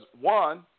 one